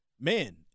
Man